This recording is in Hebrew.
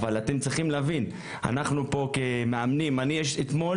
אבל אתם צריכים להבין שאנחנו כמאמנים -- אתמול